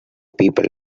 people